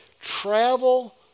travel